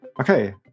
Okay